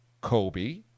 Kobe